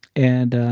and